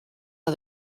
are